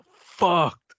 fucked